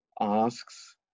asks